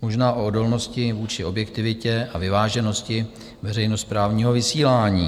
Možná o odolnosti vůči objektivitě a vyváženosti veřejnoprávního vysílání.